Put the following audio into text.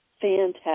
fantastic